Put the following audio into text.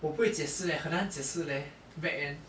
我不会解释 leh 很难解释 leh back end